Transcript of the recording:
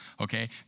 okay